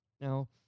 Now